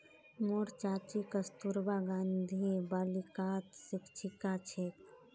मोर चाची कस्तूरबा गांधी बालिकात शिक्षिका छेक